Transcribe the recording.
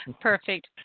Perfect